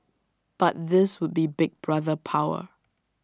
but this would be Big Brother power